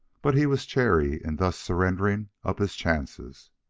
but he was chary in thus surrendering up his chances.